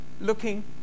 looking